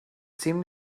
seemed